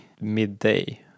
midday